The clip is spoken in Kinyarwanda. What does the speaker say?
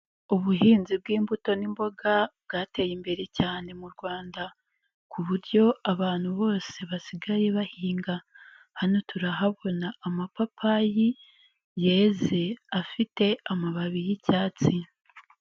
Ubuhinzi bw'imbuto n'imboga bwateye imbere cyane mu Rwanda ku buryo abantu bose basigaye bahinga, hano turahabona amapapayi yeze afite amababi y'icyatsi.